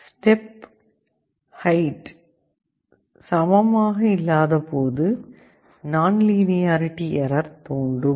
step height சமமாக இல்லாதபோது nonlinearity error தோன்றும்